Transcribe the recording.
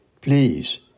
please